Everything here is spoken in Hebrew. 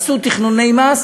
עשו תכנוני מס,